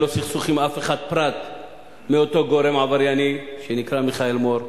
אין לו סכסוך עם אף אחד פרט לאותו גורם עברייני שנקרא מיכאל מור.